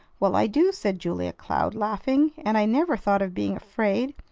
well, i do, said julia cloud, laughing and i never thought of being afraid.